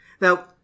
Now